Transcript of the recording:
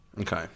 okay